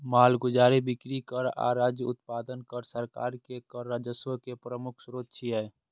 मालगुजारी, बिक्री कर आ राज्य उत्पादन कर सरकार के कर राजस्व के प्रमुख स्रोत छियै